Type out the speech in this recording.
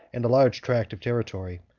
and a large tract of territory.